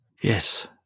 Yes